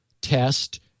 test